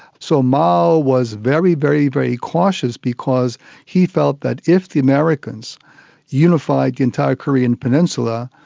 so mao was very, very very cautious because he felt that if the americans unified the entire korean peninsula,